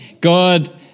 God